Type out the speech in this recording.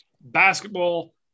basketball